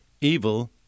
Evil